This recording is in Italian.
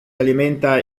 alimentano